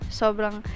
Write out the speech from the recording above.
sobrang